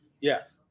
yes